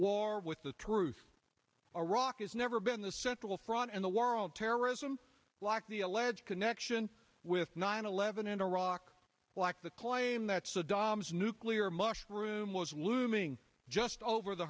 war with the truth iraq is never been the central front in the war on terrorism like the alleged connection with nine eleven in iraq like the claim that saddam's nuclear mushroom was looming just over the